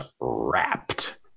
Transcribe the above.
wrapped